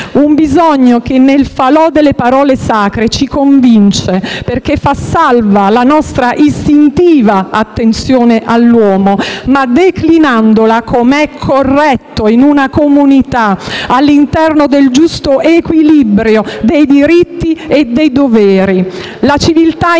Un bisogno che, nel falò delle parole sacre, ci convince, perché fa salva la nostra istintiva attenzione all'uomo, ma declinandola, com'è corretto in una comunità, all'interno del giusto equilibrio dei diritti e dei doveri. La civiltà, infatti,